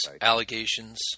allegations